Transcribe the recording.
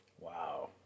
Wow